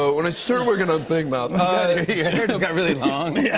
when i started working on big mouth your hair just got really long. yeah